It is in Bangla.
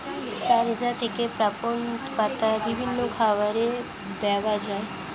সরিষা থেকে প্রাপ্ত পাতা বিভিন্ন খাবারে দেওয়া হয়